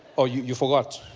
oh, you you forgot?